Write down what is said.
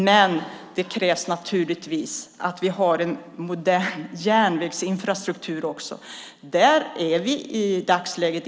Men det då krävs det naturligtvis att vi också har en modern järnvägsinfrastruktur. I dagsläget är vi inte där.